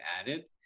added